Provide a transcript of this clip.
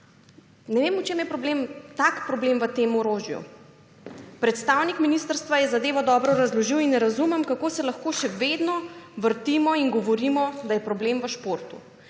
Ne vem, v čem je problem, tak problem v tem orožju. Predstavnik Ministrstva je zadevo dobro razložil in ne razumem, kako se lahko še vedno vrtimo in govorimo, da je problem v športu.